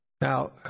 Now